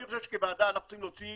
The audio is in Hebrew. אני חושב שכוועדה אנחנו צריכים להוציא